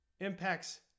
impacts